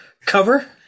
cover